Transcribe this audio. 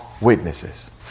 witnesses